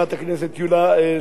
שמאלוב.